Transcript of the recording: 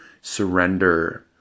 surrender